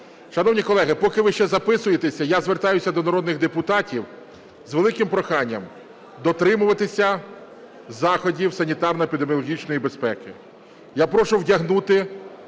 Шановні колеги, поки ви ще записуєтеся, я звертаюся до народних депутатів з великим проханням дотримуватися заходів санітарно-епідеміологічної безпеки.